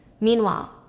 Meanwhile